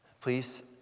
Please